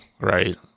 right